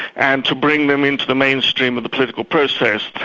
and to bring them into the mainstream of the political process,